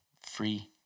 free